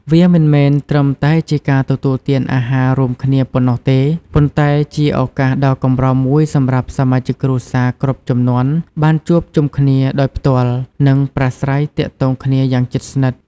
វាមិនមែនត្រឹមតែជាការទទួលទានអាហាររួមគ្នាប៉ុណ្ណោះទេ ប៉ុន្តែជាឱកាសដ៏កម្រមួយសម្រាប់សមាជិកគ្រួសារគ្រប់ជំនាន់បានជួបជុំគ្នាដោយផ្ទាល់ និងប្រាស្រ័យទាក់ទងគ្នាយ៉ាងជិតស្និទ្ធ។